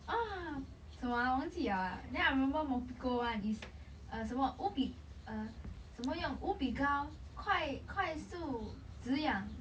啊什么啊忘记 liao ah then I remember mopiko [one] is uh 什么无比 uh 什么用无比膏快快速止痒